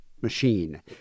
machine